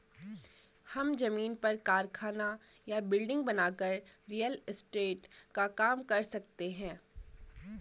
हम जमीन पर कारखाना या बिल्डिंग बनाकर रियल एस्टेट का काम कर सकते है